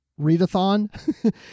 readathon